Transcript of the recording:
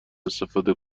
استفاده